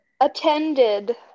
attended